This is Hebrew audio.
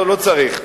לא צריך.